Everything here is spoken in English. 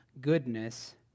goodness